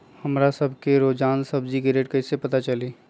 हमरा सब के रोजान सब्जी के रेट कईसे पता चली?